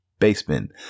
basement